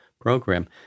program